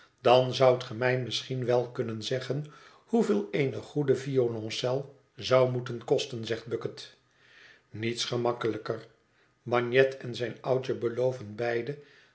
dan zoudt ge mij misschien wel kunnen zeggen hoeveel eene goede violoncel zou moeten kosten zegt bucket niets gemakkelijker bagnet en zijn oudje beloven beide